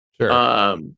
Sure